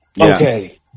Okay